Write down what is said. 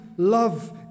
Love